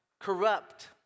corrupt